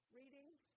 readings